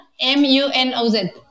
M-U-N-O-Z